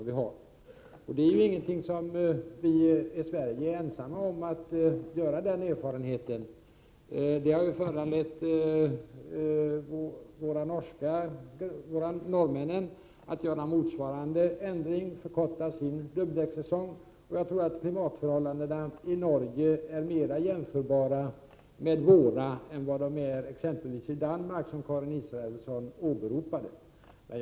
Men vi i Sverige är inte ensamma om att göra den erfarenheten. Det har ju föranlett norrmännen att göra motsvarande ändring, alltså att förkorta dubbdäckssäsongen. Jag tror att klimatförhållandena i Norge är mera jämförbara med våra än vad de är i exempelvis Danmark, som Karin Israelsson åberopade.